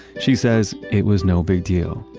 she says it was no big deal.